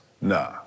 Nah